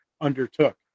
undertook